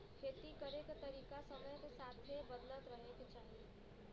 खेती करे के तरीका समय के साथे बदलत रहे के चाही